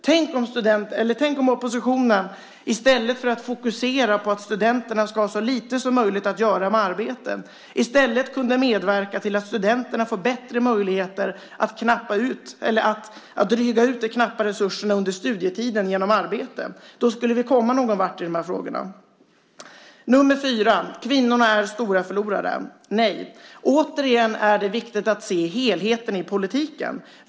Tänk om oppositionen i stället för att fokusera på att studenterna ska ha så lite som möjligt att göra med arbete i stället kunde medverka till att studenterna får bättre möjligheter att dryga ut de knappa resurserna under studietiden genom arbete. Då skulle vi komma någonvart i dessa frågor. 4. Kvinnorna är de stora förlorarna. Nej, återigen är det viktigt att se helheten i politiken.